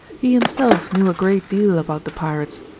he himself knew a great deal about the pirates,